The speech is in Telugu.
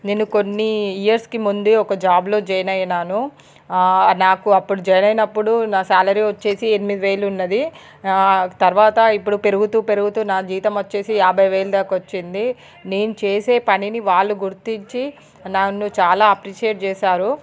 నేను కొన్ని ఇయర్స్కి ముందే ఒక జాబ్లో జాయిన్ అయినాను నాకు అప్పుడు జాయిన్ అయినప్పుడు నా సాలరీ వచ్చేసి ఎనిమిది వేలు ఉన్నది తర్వాత ఇప్పుడు పెరుగుతూ పెరుగుతూ నా జీతం వచ్చేసి యాభై వేలు దాకా వచ్చింది నేను చేసే పనిని వాళ్లు గుర్తించి నన్ను చాలా అప్రిషియేట్ చేశారు